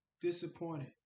Disappointed